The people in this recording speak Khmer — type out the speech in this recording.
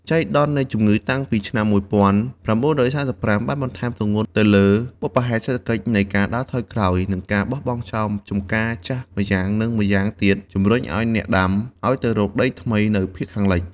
ចៃដន្យនៃជំងឺតាំងពីឆ្នាំ ១៩៣៥ បានបន្ថែមទម្ងន់ទៅលើបុព្វ ហេតុសេដ្ឋកិច្ចនៃការដើរថយក្រោយ និងការបោះបង់ចោលចម្ការចាស់ម្យ៉ាង និងម្យ៉ាង ទៀតបានជំរុញអ្នកដាំ ឱ្យទៅរកដីថ្មីនៅភាគខាងលិច។